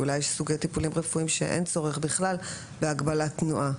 אולי יש סוגי טיפולים רפואיים שאין צורך בכלל בהגבלת תנועה.